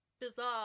bizarre